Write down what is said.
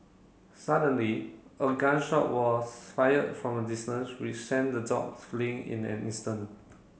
suddenly a gun shot was fired from a distance which sent the dog fleeing in an instant